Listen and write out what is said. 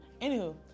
Anywho